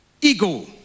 Ego